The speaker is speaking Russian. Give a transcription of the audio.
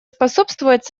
способствовать